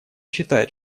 считает